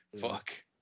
fuck